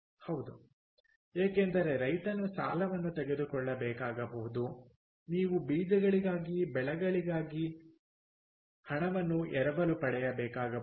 ಹೌದು ಏಕೆಂದರೆ ರೈತನು ಸಾಲವನ್ನು ತೆಗೆದುಕೊಳ್ಳಬೇಕಾಗಬಹುದು ನೀವು ಬೀಜಗಳಿಗಾಗಿ ಬೆಳೆಗಳಿಗೆ ಹಣವನ್ನು ಎರವಲು ಪಡೆಯಬೇಕಾಗಬಹುದು